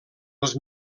els